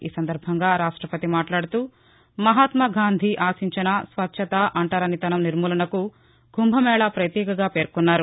ఈ సందర్బంగా రాష్ట్రపతి మాట్లాడుతూ మహాత్నాగాంధీ ఆశించిన స్వచ్చత అంటరానితనం నిర్మూలనకు కుంభమేళ ఒక ప్రతీకగా పేర్కొన్నారు